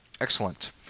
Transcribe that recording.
Excellent